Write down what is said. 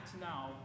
now